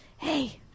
Hey